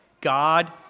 God